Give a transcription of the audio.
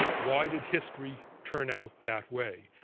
why did history turn out that way?